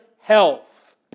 health